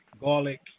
garlic